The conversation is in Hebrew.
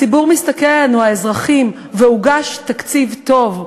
הציבור מסתכל עלינו, האזרחים, והוגש תקציב טוב.